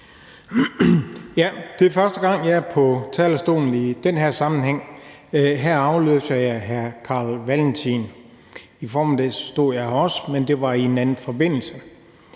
Det er første gang, jeg er på talerstolen i den her sammenhæng, her afløser jeg hr. Carl Valentin. I formiddags stod jeg her også, men det var i en anden forbindelse.